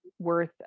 Worth